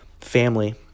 family